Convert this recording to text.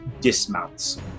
dismounts